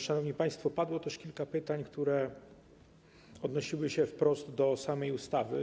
Szanowni państwo, padło też kilka pytań, które odnosiły się wprost do samej ustawy.